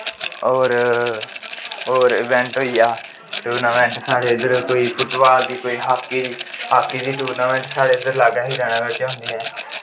होर होर इवैंट होई गेआ टूर्नामेंट साढ़े इद्धर कोई फुट बॉल दी कोई हॉकी दी हॉकी दी टूर्नामैंट साढ़े इद्धर लाग्गै हीरानगर च होंदी ऐ